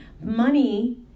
Money